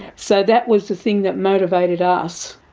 so that was the thing that motivated us.